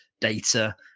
data